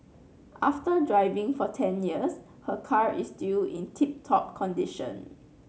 after driving for ten years her car is still in tip top condition